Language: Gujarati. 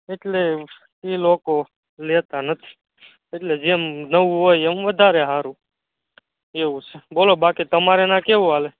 એટલે એ લોકો લેતા નથી એટલે જેમ નવું હોય એમ વધારે સારું એવું છે બોલો બાકી તમારે ત્યાં કેવું ચાલે